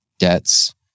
Debts